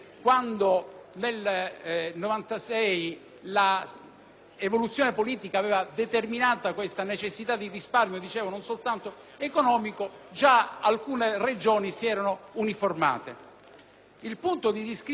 l'evoluzione politica aveva determinato questa necessità di risparmio non soltanto economico, alcune Regioni si uniformarono. Il punto di discrimine rispetto al dibattito è stato ritrovato poi nel 2006,